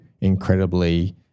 incredibly